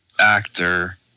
actor